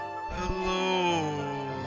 Hello